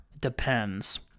Depends